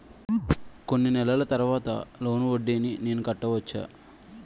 కొన్ని నెలల తర్వాత లోన్ వడ్డీని నేను కట్టవచ్చా?